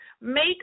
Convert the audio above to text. make